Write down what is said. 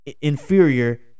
inferior